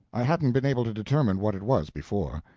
i hadn't been able to determine what it was before.